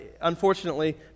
unfortunately